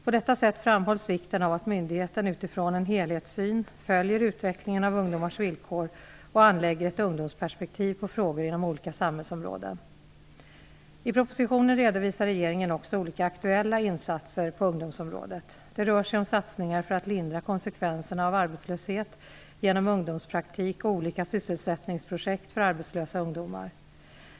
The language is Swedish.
På detta sätt framhålls vikten av att myndigheten utifrån en helhetssyn följer utvecklingen av ungdomars villkor och anlägger ett ungdomsperspektiv på frågor inom olika samhällsområden. I propositionen redovisar regeringen också olika aktuella insatser på ungdomsområdet. Det rör sig om satsningar för att lindra konsekvenserna av arbetslöshet genom ungdomspraktik och olika sysselsättningsprojekt för arbetslösa ungdomar.